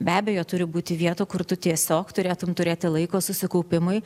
be abejo turi būti vietų kur tu tiesiog turėtum turėti laiko susikaupimui